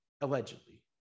allegedly